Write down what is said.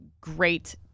great